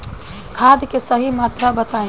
खाद के सही मात्रा बताई?